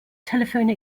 telephone